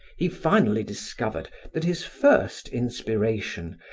he finally discovered that his first inspiration,